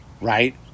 Right